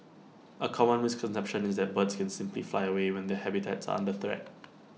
A common misconception is that birds can simply fly away when their habitats under threat